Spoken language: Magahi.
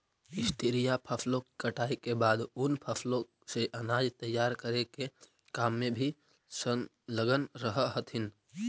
स्त्रियां फसलों की कटाई के बाद उन फसलों से अनाज तैयार करे के काम में भी संलग्न रह हथीन